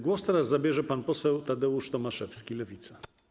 Głos teraz zabierze pan poseł Tadeusz Tomaszewski, Lewica.